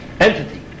entity